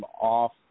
off